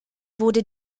wurde